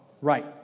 Right